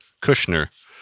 Kushner